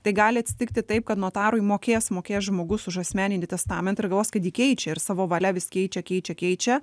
tai gali atsitikti taip kad notarui mokės mokės žmogus už asmeninį testamentą ir galvos kad jį keičia ir savo valia vis keičia keičia keičia